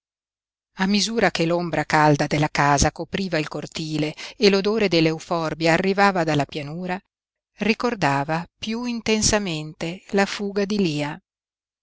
piú a misura che l'ombra calda della casa copriva il cortile e l'odore dell'euforbia arrivava dalla pianura ricordava piú intensamente la fuga di lia